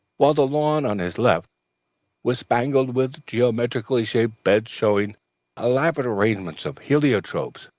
while the lawn on his left was spangled with geometrically shaped beds showing elaborate arrangements of heliotrope,